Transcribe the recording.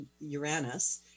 Uranus